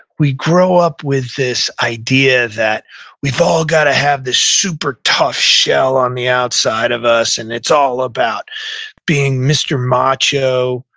we grow up with this idea that we've all got to have this super tough shell on the outside of us, and it's all about being mr. macho,